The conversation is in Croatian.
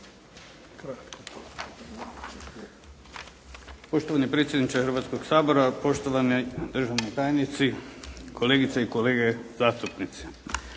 Poštovani predsjedniče Hrvatskoga sabora, poštovani državni tajnici, kolegice i kolege zastupnici.